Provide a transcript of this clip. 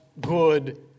good